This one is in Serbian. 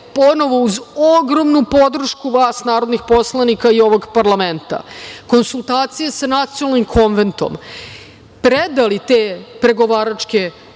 ponovo uz ogromnu podršku vas narodnih poslanika i ovog parlamenta. Konsultacije sa Nacionalnim konventom, predali te pregovaračke